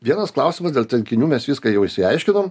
vienas klausimas dėl telkinių mes viską jau išsiaiškinom